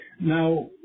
Now